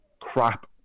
crap